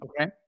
Okay